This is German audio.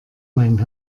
mein